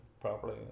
properly